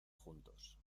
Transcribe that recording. juntos